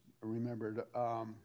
remembered